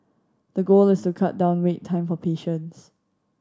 the goal is to cut down wait time for patients